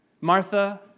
Martha